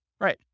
Right